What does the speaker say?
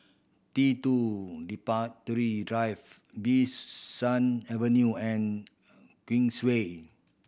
T two Drive Bee San Avenue and Queensway